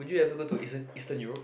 would you ever go to Eastern Eastern Europe